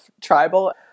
Tribal